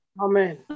Amen